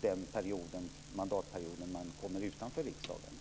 den mandatperiod som man hamnar utanför riksdagen.